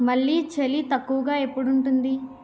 మళ్ళీ చలి తక్కువగా ఎప్పుడూ ఉంటుంది